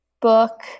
book